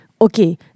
okay